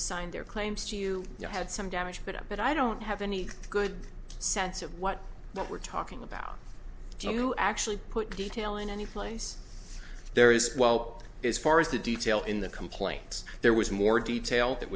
assigned their claims to you you had some damage but i but i don't have any good sense of what what we're talking about do you actually put detail in any place there is well as far as the detail in the complaints there was more detail that